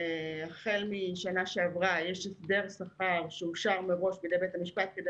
החל משנה שעברה יש הסדר שכר שאושר מראש בידי בית המשפט כדי